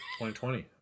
2020